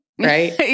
right